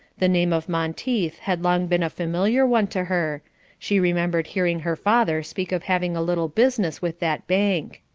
the name of monteith had long been a familiar one to her she remembered hearing her father speak of having a little business with that bank.